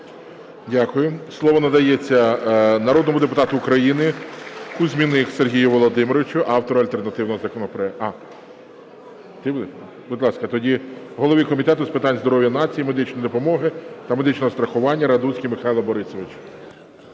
Дякую. Слово надається народному депутату України Кузьміних Сергію Володимировичу – автору альтернативного законопроекту. Будь ласка, тоді голові Комітету з питань здоров'я нації, медичної допомоги та медичного страхування. Радуцький Михайло Борисович.